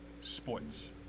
sports